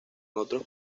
otros